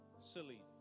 Silly